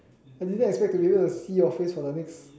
I didn't expect to be able to see your face for the next